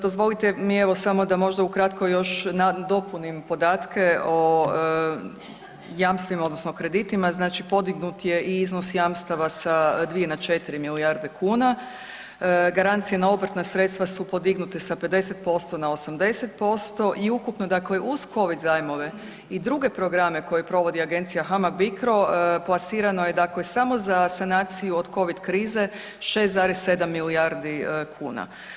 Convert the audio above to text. Dozvolite mi evo možda samo da ukratko još nadopunim podatke o jamstvima odnosno kreditima, znači podignut je i iznos jamstava sa dvije na četiri milijarde kuna, garancije na obrtna sredstva su podignuta sa 50% na 80% i ukupno uz covid zajmove i druge programe koje providi Agencija HAMAG-BICRO plasirano je samo za sanaciju od covid krize 6,7 milijardi kuna.